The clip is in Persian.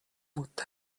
متحد